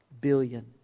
billion